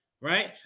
right